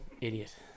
idiot